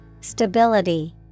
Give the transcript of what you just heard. Stability